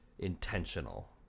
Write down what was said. intentional